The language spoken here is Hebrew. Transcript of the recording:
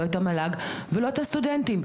לא את המל"ג ולא את הסטודנטים.